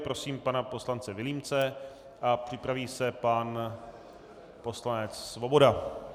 Prosím pana poslance Vilímce a připraví se pan poslanec Svoboda.